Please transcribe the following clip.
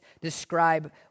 describe